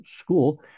school